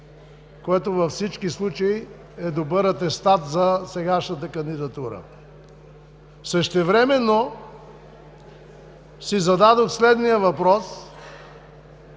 което във всички случаи е добър атестат за сегашната кандидатура. Същевременно си зададох следния въпрос,